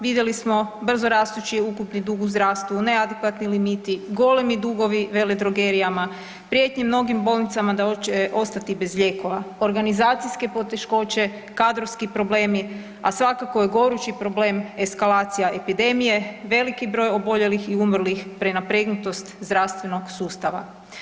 Vidjeli smo brzo rastući ukupni dug u zdravstvu, neadekvatni limiti, golemi dugovi vele drogerijama, prijetnje mnogim bolnicama da hoće ostati bez lijekova, organizacijske poteškoće, kadrovski problemi a svakako je gorući problem eskalacija epidemije, veliki broj oboljelih i umrlih, prenapregnutost zdravstvenog sustava.